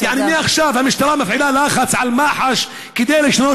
מעכשיו המשטרה מפעילה לחץ על מח"ש כדי לשנות דעתה,